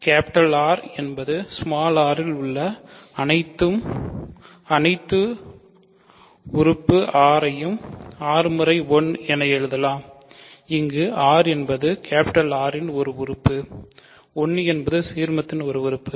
R என்பது r இல் உள்ள அனைத்து r ஐயும் r முறை 1 என எழுதலாம் இங்கு r என்பது R இன் ஒரு உறுப்பு 1 என்பது சீர்மத்தின் ஒரு உறுப்பு